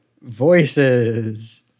voices